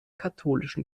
katholischen